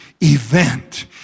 event